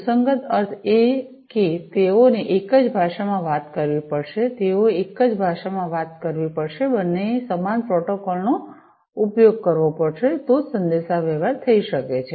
સુસંગત અર્થ એ કે તેઓને એક જ ભાષામાં વાત કરવી પડશે તેઓએ એક જ ભાષામાં વાત કરવી પડશે બંનેએ સમાન પ્રોટોકોલ નો ઉપયોગ કરવો પડશે તો જ સંદેશાવ્યવહાર થઈ શકે છે